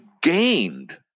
gained